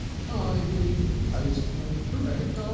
tidy, tasteful, correct, um